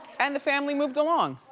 and the family moved along.